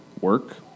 work